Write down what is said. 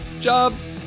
job's